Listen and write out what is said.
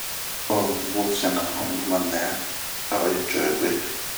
Ooh bun sinabun ma nɛ ao yi cohebue.